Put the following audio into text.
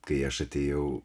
kai aš atėjau